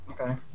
Okay